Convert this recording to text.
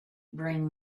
bring